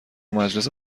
مجلس